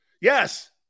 Yes